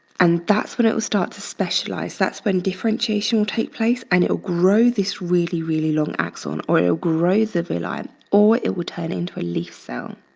and that's when it will start to specialize, that's when differentiation will take place, and it will grow this really, really long axon or it'll grow the villi, um or it will turn into a leaf cell.